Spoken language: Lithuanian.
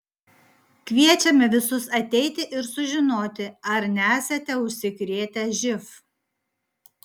kviečiame visus ateiti ir sužinoti ar nesate užsikrėtę živ